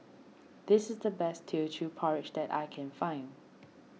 this is the best Teochew Porridge that I can find